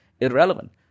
irrelevant